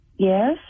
Yes